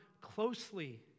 closely